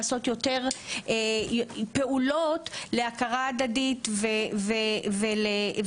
לעשות יותר פעולות להכרה הדדית ולנסות